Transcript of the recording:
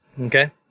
Okay